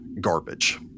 garbage